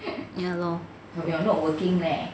ya lor